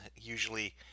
usually